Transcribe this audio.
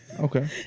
Okay